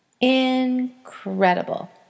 Incredible